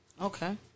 Okay